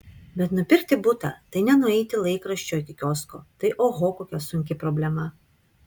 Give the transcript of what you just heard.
bet nupirkti butą tai ne nueiti laikraščio iki kiosko tai oho kokia sunki problema